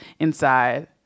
inside